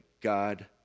God